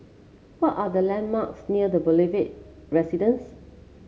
what are the landmarks near The Boulevard Residence